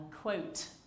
quote